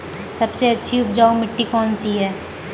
सबसे अच्छी उपजाऊ मिट्टी कौन सी है?